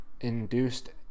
induced